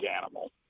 animal